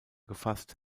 gefasst